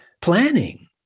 planning